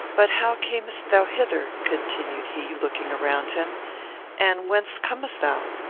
but how camest thou hither? continued he, looking around him and whence comest thou?